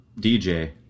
DJ